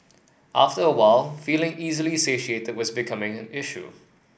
after a while feeling easily satiated was becoming an issue